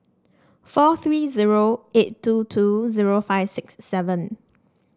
four three zero eight two two zero five six seven